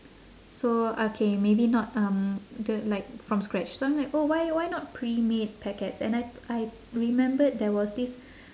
so okay maybe not um the like from scratch so I'm like oh why why not pre-made packets and I I remembered there was this